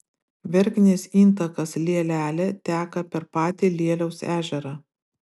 verknės intakas lielelė teka per patį lieliaus ežerą